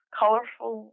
colorful